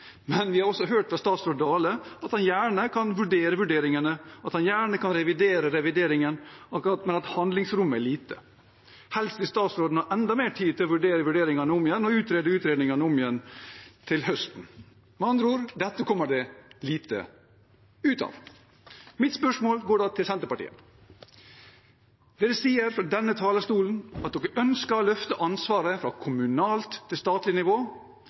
Men vi har også hørt fra statsråd Dale at han gjerne kan vurdere vurderingene, at han gjerne kan revidere revideringene, men at handlingsrommet er lite. Helst vil statsråden ha enda mer tid til å vurdere vurderingene om igjen og utrede utredningene om igjen til høsten. Med andre ord: Dette kommer det lite ut av. Mitt spørsmål går da til Senterpartiet. De sier fra denne talerstolen at de ønsker å løfte ansvaret fra kommunalt til statlig nivå.